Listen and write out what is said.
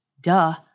Duh